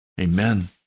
Amen